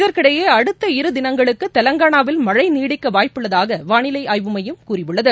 இதற்கிடையே அடுத்த இரு தினங்களுக்கு தெலங்கானாவில் மழை நீடிக்க வாய்ப்பு உள்ளதாக வானிலை ஆய்வு மையம் கூறியுள்ளது